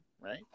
right